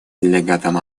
делегатам